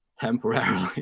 temporarily